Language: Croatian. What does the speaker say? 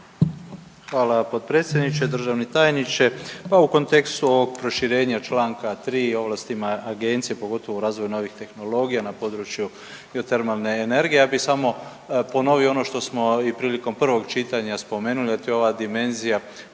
Hvala potpredsjedniče, državni tajniče. Pa u kontekstu ovog proširenja čl. 3 i ovlastima Agencije, pogotovo u razvoju novih tehnologija na području biotermalne energije, ja bih samo ponovio onošt smo i prilikom prvog čitanja spomenuli, a to je ova dimenzija